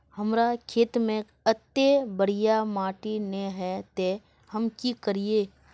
हमर खेत में अत्ते बढ़िया माटी ने है ते हम की करिए?